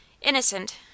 innocent